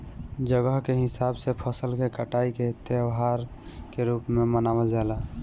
जगह के हिसाब से फसल के कटाई के त्यौहार के रूप में मनावल जला